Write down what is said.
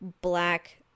black